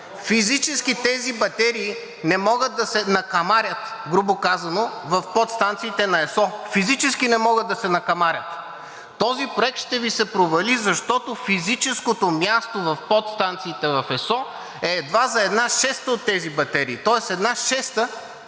Физически тези батерии не могат да се накамарят, грубо казано, в подстанциите на ЕСО, физически не могат да се накамарят. Този проект ще Ви се провали, защото физическото място в подстанциите в ЕСО е едва за една шеста от тези батерии. Тоест една шеста